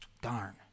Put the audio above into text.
Darn